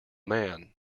man